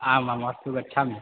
आमाम् अस्तु गच्छामि